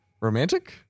romantic